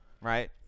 Right